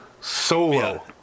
solo